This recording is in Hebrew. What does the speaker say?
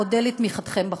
אודה לתמיכתם בחוק.